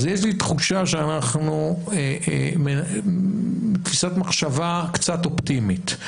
אז יש לי תחושה שאנחנו בתפיסת מחשבה קצת אופטימית.